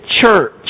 church